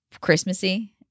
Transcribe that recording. Christmassy